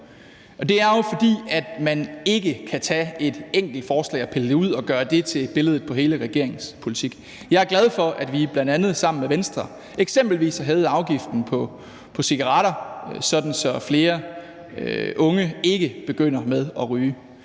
Det er jo, fordi man ikke kan tage et enkelt forslag og så pille det ud og gøre det til et billede på hele regeringens politik. Jeg er glad for, at vi bl.a. sammen med Venstre eksempelvis har hævet afgiften på cigaretter, så flere unge ikke begynder at ryge.